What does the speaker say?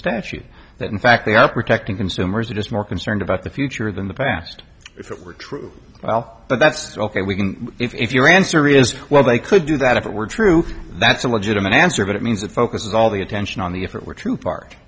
statute that in fact they are protecting consumers are just more concerned about the future than the past if it were true well that's ok we can if your answer is well they could do that if it were true that's a legitimate answer but it means the focus is all the attention on the if it were true part